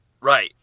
Right